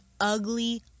ugly